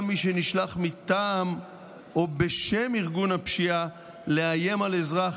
מי שנשלח מטעם או בשם ארגון הפשיעה לאיים על אזרח,